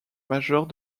majeurs